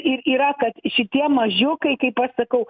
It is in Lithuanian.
ir yra kad šitie mažiukai kaip aš sakau